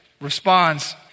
responds